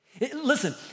Listen